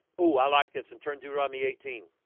oh, i like this and turn deuteronomy eighteen